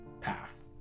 path